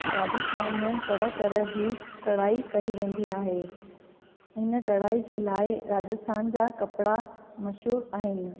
राजस्थान में तरह तरह जी कड़ाई कई वेंदी आहे हिन कड़ाई जे लाइ राजस्थान जा कपिड़ा मशहूरु आहिनि